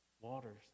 waters